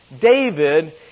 David